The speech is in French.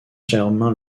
germain